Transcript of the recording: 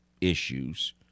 issues